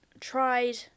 tried